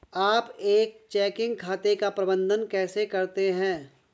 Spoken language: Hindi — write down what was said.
आप एक चेकिंग खाते का प्रबंधन कैसे करते हैं?